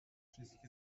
schließlich